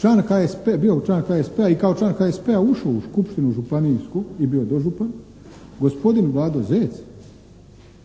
član HSP, bio član HSP-a i kao član HSP-a ušao u skupštinu županijsku i bio dožupan, gospodin Vlado Zec